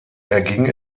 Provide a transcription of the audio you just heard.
erging